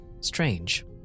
Strange